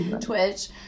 Twitch